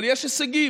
אבל יש הישגים,